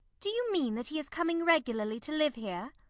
do you mean that he is coming regularly to live here?